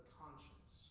conscience